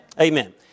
Amen